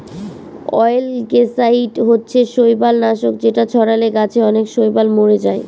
অয়েলগেসাইড হচ্ছে শৈবাল নাশক যেটা ছড়ালে গাছে অনেক শৈবাল মোরে যায়